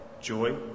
joy